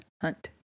hunt